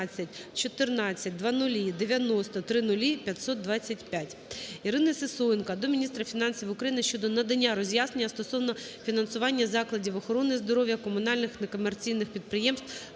ІриниСисоєнко до міністра фінансів України щодо надання роз'яснення стосовно фінансування закладів охорони здоров'я – комунальних некомерційних підприємств